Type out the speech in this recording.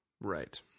Right